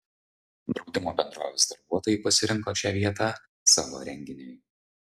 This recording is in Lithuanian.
draudimo bendrovės darbuotojai pasirinko šią vietą savo renginiui